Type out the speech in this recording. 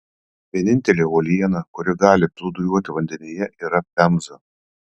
vienintelė uoliena kuri gali plūduriuoti vandenyje yra pemza